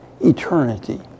eternity